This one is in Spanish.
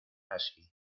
así